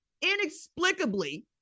inexplicably